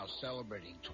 celebrating